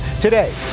Today